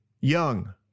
young